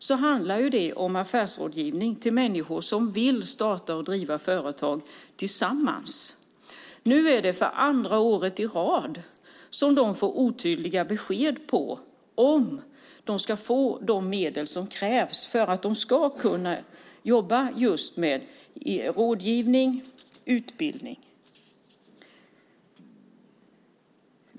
Det handlar om affärsrådgivning till människor som vill starta och driva företag tillsammans. Nu får de för andra året i rad otydliga besked om huruvida de ska få de medel som krävs för att de ska kunna jobba just med rådgivning och utbildning.